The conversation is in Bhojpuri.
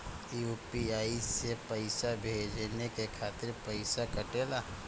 यू.पी.आई से पइसा भेजने के खातिर पईसा कटेला?